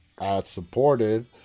ad-supported